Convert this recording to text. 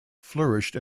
flourished